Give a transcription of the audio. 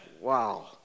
Wow